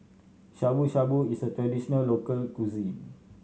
Shabu Shabu is a traditional local cuisine